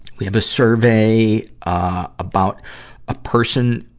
we have a survey, ah, about a person,